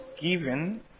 given